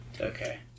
Okay